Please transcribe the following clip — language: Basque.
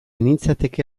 nintzateke